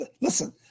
Listen